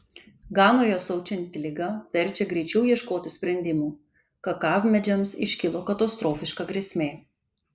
ganoje siaučianti liga verčia greičiau ieškoti sprendimų kakavmedžiams iškilo katastrofiška grėsmė